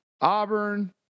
Auburn